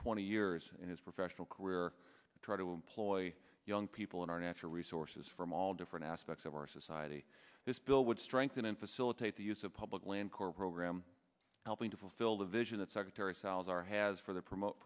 twenty years in his professional career try to employ young people in our natural resources from all different aspects of our society this bill would strengthen and facilitate the use of public land corps program helping to fulfill the vision that secretary salazar has for the promote